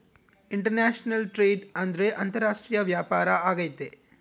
international trade ಅಂದ್ರೆ ಅಂತಾರಾಷ್ಟ್ರೀಯ ವ್ಯಾಪಾರ ಆಗೈತೆ